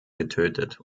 getötet